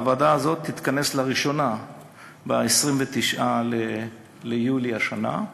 הוועדה הזאת תתכנס לראשונה ב-29 ביולי השנה.